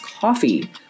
coffee